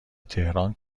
تهران